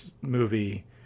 movie